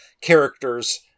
characters